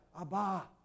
Abba